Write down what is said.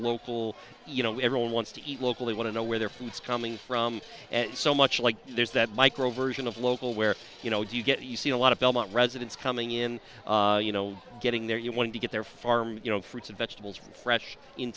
local you know everyone wants to eat locally want to know where their feast coming from and so much like there's that micro version of local where you know you get you see a lot of belmont residents coming in you know getting there you want to get their farm you know fruits and vegetables fresh in